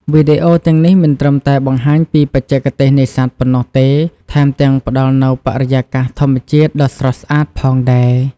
វីដេអូទាំងនេះមិនត្រឹមតែបង្ហាញពីបច្ចេកទេសនេសាទប៉ុណ្ណោះទេ ថែមទាំងផ្តល់នូវបរិយាកាសធម្មជាតិដ៏ស្រស់ស្អាតផងដែរ។